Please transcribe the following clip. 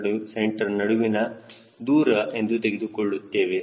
c ನಡುವಿನ ದೂರ ಎಂದು ತೆಗೆದುಕೊಳ್ಳುತ್ತೇವೆ